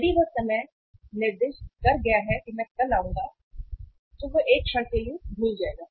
यदि वह समय निर्दिष्ट कर गया है कि मैं कल आऊंगा तो वह एक क्षण के लिए भूल जाएगा